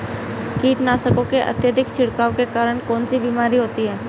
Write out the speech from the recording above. कीटनाशकों के अत्यधिक छिड़काव के कारण कौन सी बीमारी होती है?